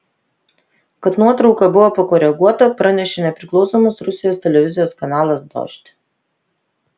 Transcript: kad nuotrauka buvo pakoreguota pranešė nepriklausomas rusijos televizijos kanalas dožd